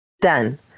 Done